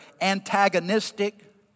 antagonistic